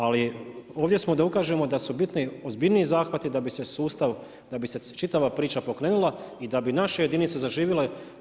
Ali ovdje smo da ukažemo da su bitni ozbiljniji zahvati da bi se sustav, da bi se čitava priča pokrenula i da bi naše jedinice zaživjele.